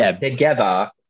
together